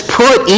put